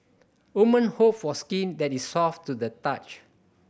women hope for skin that is soft to the touch